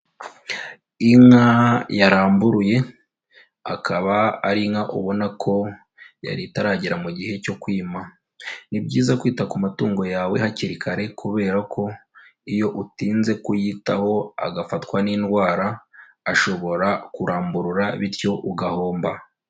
Inka yaramburuye, akaba ari inka ubona ko yari itaragera mu gihe cyo kwima. Ni byiza kwita ku matungo yawe hakiri kare kubera ko iyo utinze kuyitaho agafatwa n'indwara, ashobora kuramburura bityo ugahomba.